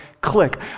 click